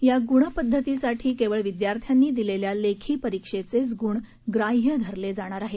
या गुणपद्धतीसाठी केवळ विद्यार्थ्यांनी दिलेल्या लेखी परीक्षेचे गुण ग्राह्य धरले जाणार आहेत